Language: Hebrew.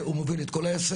הוא מוביל את כל העסק.